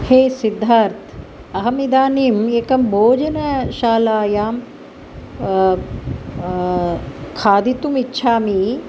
हे सिद्धार्थ अहम् इदानीम् एकां भोजनशालायां खादितुम् इच्छामि